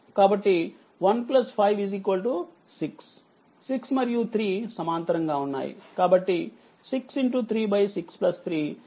కాబట్టి1566మరియు3సమాంతరంగా వున్నాయి కాబట్టి63 6 3 189కాబట్టి 2Ω